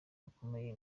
bakomeye